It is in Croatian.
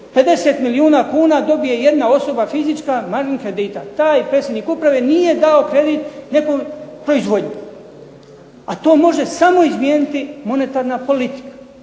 50 milijuna kuna dobije jedna osoba fizička margin kredita. Taj predsjednik uprave nije dao kredit nekoj proizvodnji, a to može samo izmijeniti monetarna politika.